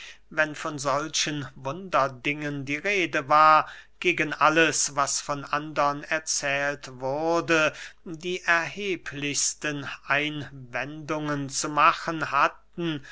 wenn von solchen wunderdingen die rede war gegen alles was von andern erzählt wurde die erheblichsten einwendungen zu machen hatten